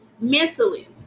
mentally